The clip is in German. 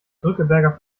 drückeberger